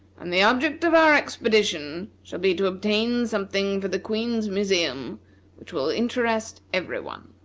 and the object of our expedition shall be to obtain something for the queen's museum which will interest every one.